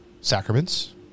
sacraments